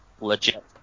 legit